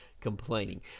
complaining